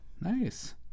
nice